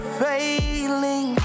failing